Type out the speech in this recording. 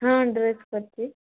ହଁ ଡ୍ରେସ୍ କରିଛି